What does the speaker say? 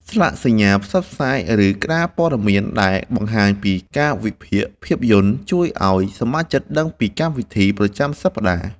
ស្លាកសញ្ញាផ្សព្វផ្សាយ ឬក្ដារព័ត៌មានដែលបង្ហាញពីកាលវិភាគភាពយន្ត ជួយឱ្យសមាជិកដឹងពីកម្មវិធីប្រចាំសប្តាហ៍។